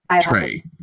tray